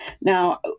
now